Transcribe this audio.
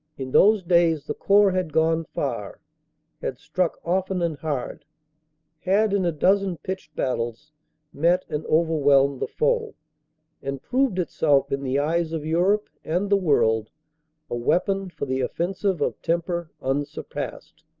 in those days the corps had gone far had struck often and hard had in a dozen pitched battles met and overwhelmed the foe and proved itself in the eyes of europe and the world a weapon for the offensive of temper unsurpassed.